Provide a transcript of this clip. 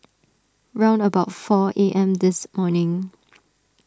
round about four A M this morning